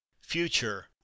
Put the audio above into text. future